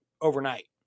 overnight